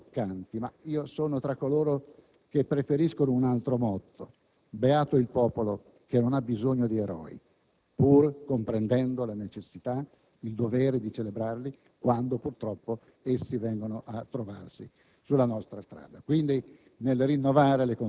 Certo, parole toccanti, ma io sono tra coloro che preferiscono un altro motto: «Beato il popolo che non ha bisogno di eroi», pur comprendendo la necessità, il dovere di celebrarli quando, purtroppo, essi vengono a trovarsi sulla nostra strada.